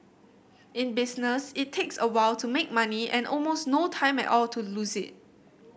in business it takes a while to make money and almost no time at all to lose it